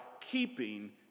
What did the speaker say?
keeping